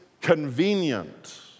convenient